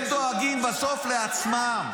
הם דואגים בסוף לעצמם.